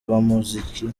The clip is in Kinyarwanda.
bumuziki